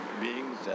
beings